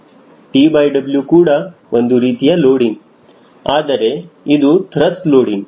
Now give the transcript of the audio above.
TW ಕೂಡ ಒಂದು ರೀತಿಯ ಲೋಡಿಂಗ್ ಆದರೆ ಇದು ತ್ರಸ್ಟ್ ಲೋಡಿಂಗ್